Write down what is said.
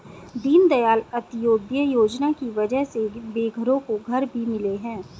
दीनदयाल अंत्योदय योजना की वजह से बेघरों को घर भी मिले हैं